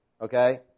okay